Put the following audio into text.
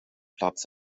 plats